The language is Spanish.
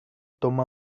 toma